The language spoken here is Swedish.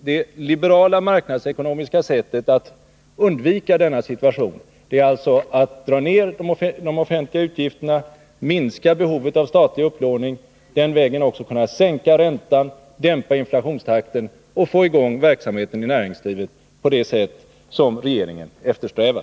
Det liberala marknadsekonomiska sättet att undvika denna situation är att dra ner de offentliga utgifterna, minska behovet av statlig upplåning och den vägen också kunna sänka räntan, dämpa inflationstakten och få i gång verksamheten i näringslivet på det sätt som regeringen eftersträvar.